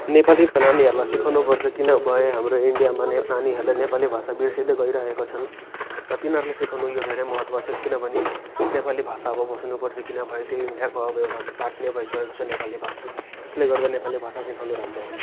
नेपालीका नानीहरूलाई सिकाउनु पर्छ किन भए हाम्रो इन्डियामा नै नानीहरूले नेपाली भाषा बिर्सिँदै गइरहेको छन् र तिनीहरूले सिकाउनु चाहिँ धेरै महत्त्व छ किन भने नेपाली भाषा अब बसाउनु पर्छ किन भए देखि अब एउटा पार्ट नै भइसकेको छ नपाली भाषा त्यसले गर्दा नेपली भाषा सिकाउनु राम्रो हो